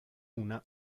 una